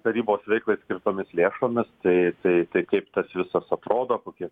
tarybos veiklai skirtomis lėšomis tai tai tai kaip tas visas atrodo kokie